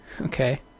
Okay